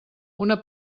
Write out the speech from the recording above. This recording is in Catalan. una